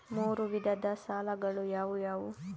ಮೂರು ವಿಧದ ಸಾಲಗಳು ಯಾವುವು?